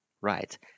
Right